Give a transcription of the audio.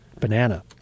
banana